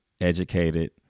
educated